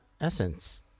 essence